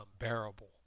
unbearable